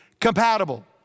compatible